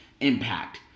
impact